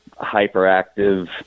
hyperactive